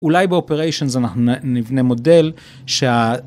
אולי באופריישנז אנחנו נבנה מודל שה...